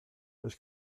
oes